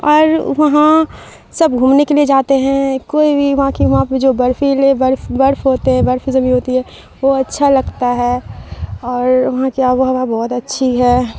اور وہاں سب گھومنے کے لیے جاتے ہیں کوئی بھی وہاں کی وہاں پہ جو برفیلے برف برف ہوتے ہیں برف جمی ہوتی ہے وہ اچھا لگتا ہے اور وہاں کی آب و ہوا بہت اچھی ہے